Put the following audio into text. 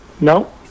No